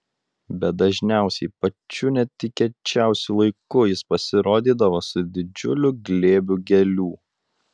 bet dažniausiai pačiu netikėčiausiu laiku jis pasirodydavo su didžiuliu glėbiu gėlių